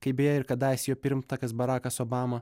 kaip beje ir kadaise jo pirmtakas barakas obama